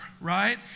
right